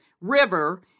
River